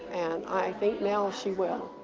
and i think now she will.